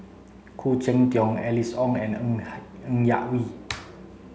Khoo Cheng Tiong Alice Ong and Ng Yak Whee